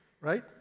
right